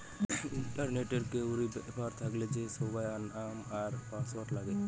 ইন্টারনেটে কাউরি ব্যাপার থাকলে যে সোগায় নাম আর পাসওয়ার্ড নাগে